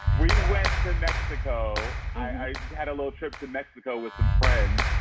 we went to mexico. i had a little trip to mexico with some friends.